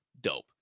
dope